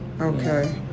okay